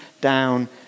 down